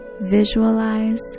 visualize